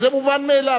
זה מובן מאליו.